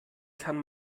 kann